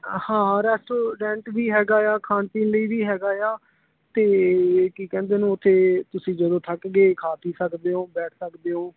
ਅ ਹਾਂ ਰੈਸਟੋਰੈਂਟ ਵੀ ਹੈਗਾ ਆ ਖਾਣ ਪੀਣ ਲਈ ਵੀ ਹੈਗਾ ਆ ਅਤੇ ਕੀ ਕਹਿੰਦੇ ਉਹਨੂੰ ਉੱਥੇ ਤੁਸੀਂ ਜਦੋਂ ਥੱਕ ਗਏ ਖਾ ਪੀ ਸਕਦੇ ਹੋ ਬੈਠ ਸਕਦੇ ਹੋ